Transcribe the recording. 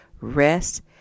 rest